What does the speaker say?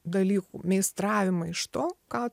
dalykų meistravimą iš to ką